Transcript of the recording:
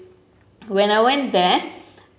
when I went there